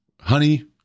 honey